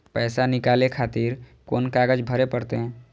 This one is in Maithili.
पैसा नीकाले खातिर कोन कागज भरे परतें?